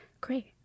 Great